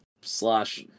slash